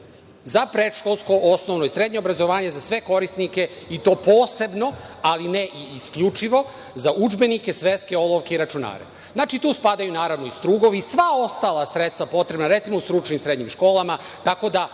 za predškolsko, osnovno i srednje obrazovanje za sve korisnike, i to posebno, ali ne i isključivo za udžbenike, sveske, olovke i računare“. Znači, tu spadaju i strugovi i sva ostala sredstva potrebna u stručnim i srednjim školama, tako da